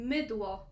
Mydło